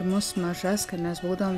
mus mažas kai mes būdavom